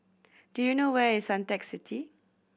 do you know where is Suntec City